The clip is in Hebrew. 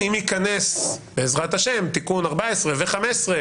אם ייכנס בעזרת ה' תיקון 14 ו- 15,